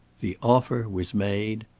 the offer was made.